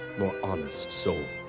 more honest soul.